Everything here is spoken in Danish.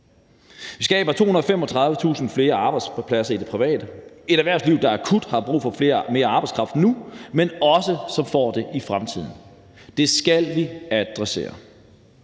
Vi skaber 235.000 flere arbejdspladser i det private – et erhvervsliv, der akut har brug for mere arbejdskraft nu, men også får det i fremtiden. Det skal vi adressere.